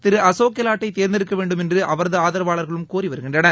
திரு அசோக் கெலாட்டை தேர்ந்தெடுக்க வேண்டும் என்று அவரது ஆதரவாளர்களும் கோரி வருகின்றனர்